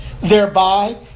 thereby